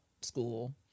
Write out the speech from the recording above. school